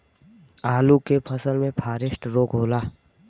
आलू के फसल मे फारेस्ट रोग होला?